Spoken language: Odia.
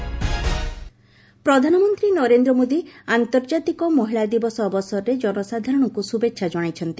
ପିଏମ୍ ଓମେନ୍ସ ଡେ ପ୍ରଧାନମନ୍ତ୍ରୀ ନରେନ୍ଦ୍ର ମୋଦି ଆନ୍ତର୍ଜାତିକ ମହିଳା ଦିବସ ଅବସରରେ ଜନସାଧାରଣଙ୍କୁ ଶୁଭେଚ୍ଛା କଣାଇଛନ୍ତି